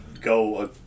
go